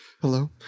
Hello